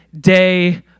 day